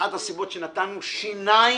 אחת הסיבות, כי נתנו שיניים